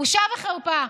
בושה וחרפה.